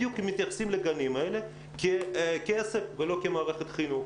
בדיוק מתייחסים לגנים האלה כעסק ולא כמערכת חינוך.